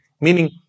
meaning